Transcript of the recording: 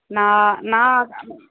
నా నా